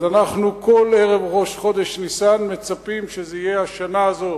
אז כל ערב ראש חודש ניסן אנחנו מצפים שזה יהיה השנה הזאת,